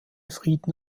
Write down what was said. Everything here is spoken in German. frieden